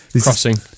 crossing